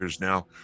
now